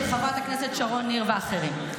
של חברת הכנסת שרון ניר ואחרים.